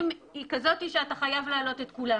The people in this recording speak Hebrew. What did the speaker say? היא כזאת שאתה חייב להעלות את כולם,